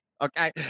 Okay